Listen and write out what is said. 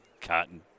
Cotton